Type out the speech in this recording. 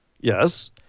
Yes